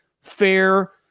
fair